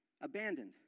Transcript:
Abandoned